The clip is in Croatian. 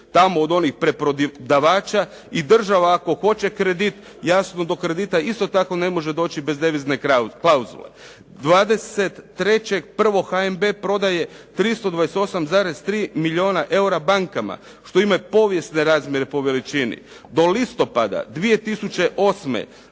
tamo od onih preprodavača i država ako hoće kredit jasno do kredita isto tako ne može doći bez devizne klauzule. 23.1. HNB prodaje 328,3 milijuna eura bankama što ima povijesne razmjere po veličini. Do listopada 2008.